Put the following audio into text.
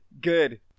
good